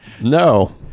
No